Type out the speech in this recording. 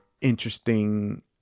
interesting